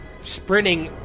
sprinting